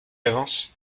avances